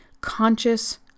Conscious